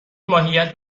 ماهیت